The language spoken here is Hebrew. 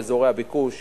באזורי הביקוש.